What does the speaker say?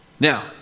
Now